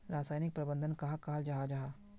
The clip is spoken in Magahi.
रासायनिक प्रबंधन कहाक कहाल जाहा जाहा?